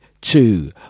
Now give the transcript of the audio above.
two